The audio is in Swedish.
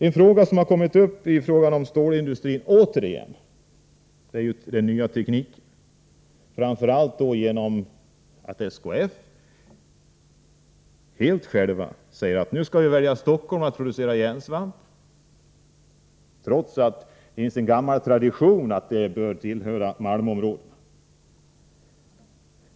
En fråga som återigen aktualiserats när det gäller stålindustrin är frågan om den nya tekniken — framför allt genom att SKF helt självständigt säger att man nu skall välja Stockholm för produktion av järnsvamp, trots att det finns en gammal tradition att sådan produktion bör tillhöra malmområdena.